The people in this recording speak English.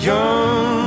Young